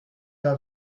pas